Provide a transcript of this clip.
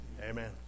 amen